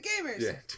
Gamers